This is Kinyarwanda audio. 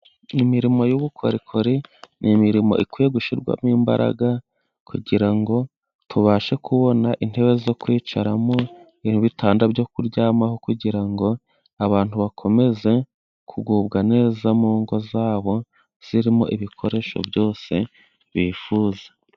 Imirimo y'ubukorikori, ni imirimo ikwiye gushyirwamo imbaraga kugira ngo tubashe kubona intebe zo kwicaramo, ibitanda byo kuryamaho, kugira ngo abantu bakomeze kugubwa neza mu ngo zabo zirimo ibikoresho byose bifuza.